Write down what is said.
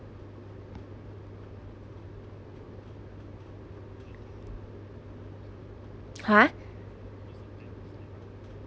ha